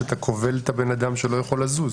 שאתה כובל את האדם שהוא לא יכול לזוז.